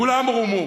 כולם רומו.